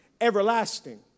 everlasting